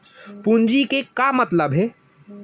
पूंजी के का मतलब हे?